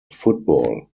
football